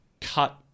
cut